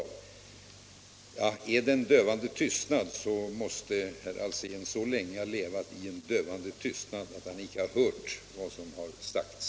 Är det en dövande tystnad, så måste herr Alsén så länge ha levat i en dövande tystnad att han icke hört vad som har sagts.